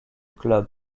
club